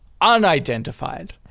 unidentified